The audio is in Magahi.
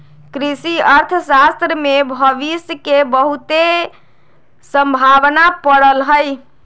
कृषि अर्थशास्त्र में भविश के बहुते संभावना पड़ल हइ